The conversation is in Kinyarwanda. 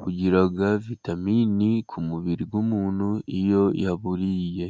bugira vitamini ku mubiri w'umuntu iyo yaburiye.